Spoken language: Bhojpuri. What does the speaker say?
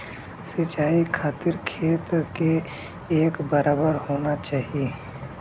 सिंचाई खातिर खेत के एक बराबर होना चाही